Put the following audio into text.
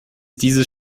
dieses